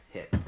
Hit